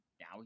now